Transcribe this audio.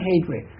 hatred